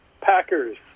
Packers